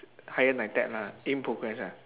higher NITEC lah in progress ah